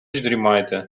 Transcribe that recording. дрімайте